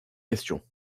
questions